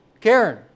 Karen